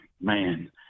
man